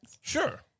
Sure